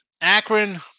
Akron